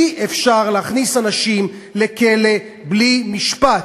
אי-אפשר להכניס אנשים לכלא בלי משפט.